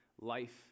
life